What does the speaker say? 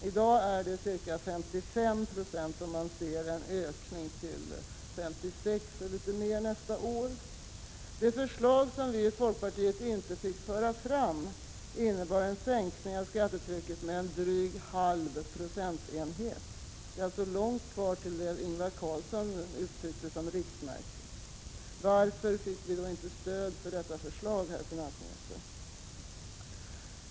I dag är det ca 55 20, och man ser en ökning till litet mer än 56 20 för nästa år. Det förslag som vi i folkpartiet inte fick föra fram innebar en sänkning av skattetrycket med drygt en halv procentenhet. Det är alltså långt kvar till det Ingvar Carlsson angav som riktmärke. Varför fick vi då inte stöd för detta förslag, herr finansminister?